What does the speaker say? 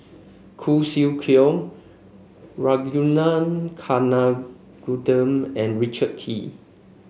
Khoo Swee Chiow Ragunathar Kanagasuntheram and Richard Kee